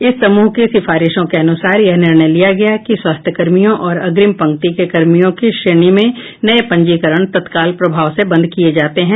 इस समूह की सिफारिशों के अनुसार यह निर्णय लिया गया कि स्वास्थ्य कर्मियों और अग्रिम पंक्ति के कर्मियों की श्रेणी में नए पंजीकरण तत्काल प्रभाव से बंद किए जाते हैं